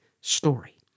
story